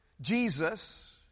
Jesus